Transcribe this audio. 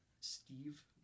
Steve